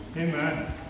Amen